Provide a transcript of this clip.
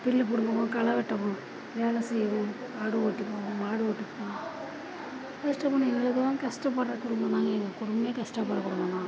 புல்லு பிடுங்கவும் களை வெட்டவும் வேலை செய்யவும் ஆடு ஓட்டிப் போவோம் மாடு ஓட்டிப் போவோம் கஷ்டப்படும் எங்களுக்கெலாம் கஷடப்பட்ற குடும்பம் தாங்க எங்கள் குடும்பமே கஷ்டப்பட்ற குடும்பம் தான்